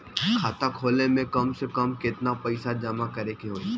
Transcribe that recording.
खाता खोले में कम से कम केतना पइसा जमा करे के होई?